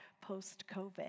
post-COVID